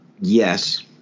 Yes